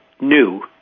new